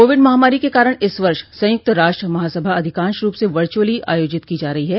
Covid महामारी के कारण इस वर्ष संयुक्त राष्ट्र महासभा अधिकांश रूप से वर्चुअली आयोजित की जा रही है